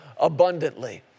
abundantly